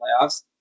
playoffs